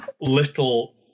little